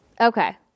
Okay